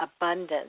Abundance